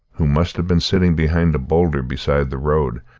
who must have been sitting behind a boulder beside the road,